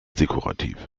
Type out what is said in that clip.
dekorativ